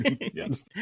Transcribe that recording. Yes